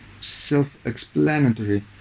self-explanatory